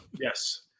Yes